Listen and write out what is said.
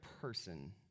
person